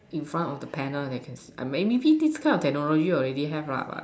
in front of the panel they can see maybe this kind of technology already have lah but